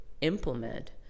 implement